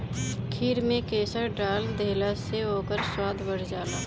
खीर में केसर डाल देहला से ओकर स्वाद बढ़ जाला